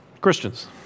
Christians